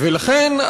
לכן,